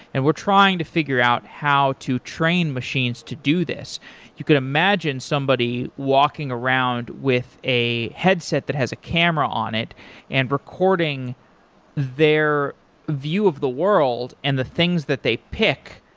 and we're trying to figure out how to train machines to do this you could imagine somebody walking around with a headset that has a camera on it and recording their view of the world and the things that they pick,